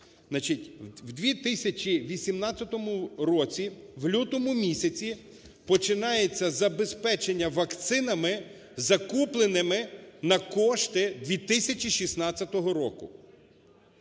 У 2018 році, в лютому місяці, починається забезпечення вакцинами, закупленими на кошти 2016 року.